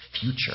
future